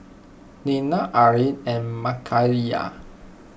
Nena Arlin and Makaila